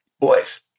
boys